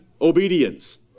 obedience